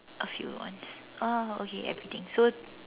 a few ones oh okay everything so